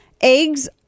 Eggs